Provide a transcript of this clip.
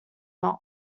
not